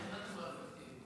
זה בטח לא אפקטיבי.